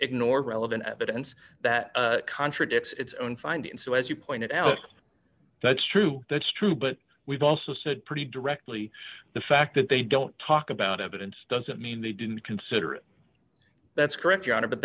ignore relevant evidence that contradicts its own findings so as you pointed out that's true that's true but we've also said pretty directly the fact that they don't talk about evidence doesn't mean they didn't consider it that's correct your honor but